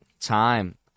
time